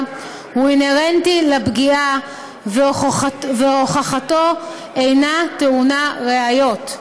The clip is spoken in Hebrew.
הוא אינהרנטי לפגיעה והוכחתו אינה טעונה ראיות.